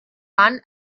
bahn